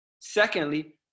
Secondly